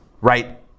Right